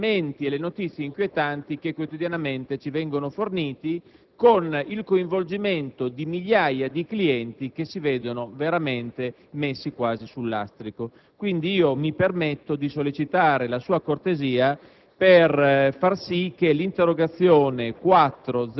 illustrano una situazione inquietante per quanto riguarda questa banca. Addirittura, ci informano che tutto il consiglio di amministrazione è stato sciolto dalla Banca d'Italia, un consiglio di amministrazione dove siedono i più importanti banchieri d'Italia.